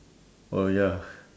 oh ya